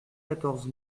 quatorze